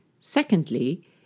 Secondly